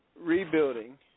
rebuilding